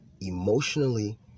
emotionally